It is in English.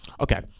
okay